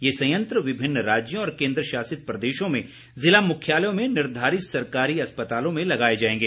यह संयंत्र विभिन्न राज्यों और केन्द्रशासित प्रदेशों में जिला मुख्यालयों में निर्धारित सरकारी अस्पतालों में लगाए जाएंगे